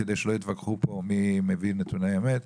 כדי שלא יתווכחו מי מביא נתוני אמת.